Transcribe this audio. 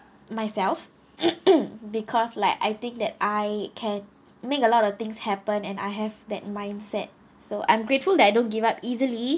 myself because like I think that I can make a lot of things happen and I have that mindset so I'm grateful that I don't give up easily